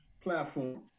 platform